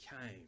came